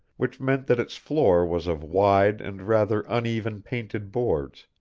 which meant that its floor was of wide and rather uneven painted boards,